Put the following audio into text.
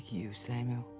you samuel.